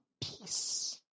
peace